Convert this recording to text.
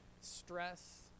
stress